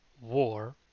war